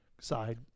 side